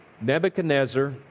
Nebuchadnezzar